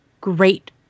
great